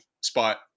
spot